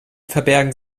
verbergen